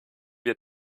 wir